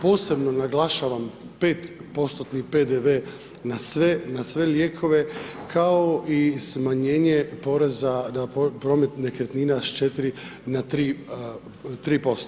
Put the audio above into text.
Posebno naglašavam 5%-tni PDV na sve lijekove, kao i smanjenje poreza na promet nekretnina s 4 na 3%